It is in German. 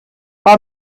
bei